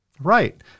right